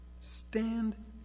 Stand